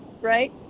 right